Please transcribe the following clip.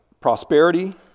prosperity